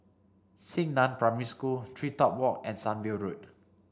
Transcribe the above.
Xingnan Primary School TreeTop Walk and Sunview Road